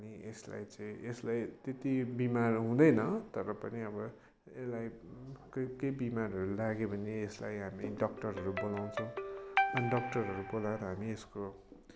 अनि यसलाई चाहिँ यसलाई त्यति बिमार हुँदैन तर पनि अब यसलाई केही केही बिमारहरू लाग्यो भने यसलाई हामी डक्टरहरू बोलाउँछौँ अनि डक्टरहरू बोलाएर हामी यसको